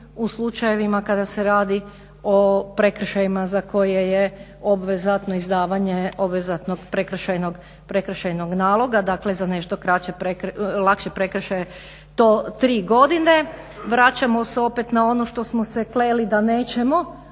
u slučajevima kada se radi o prekršajima za koje je obvezatno izdavanje obvezatnog prekršajnog naloga, dakle za nešto lakše prekršaje to tri godine. Vraćamo se opet na ono što smo se kleli da nećemo,